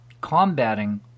combating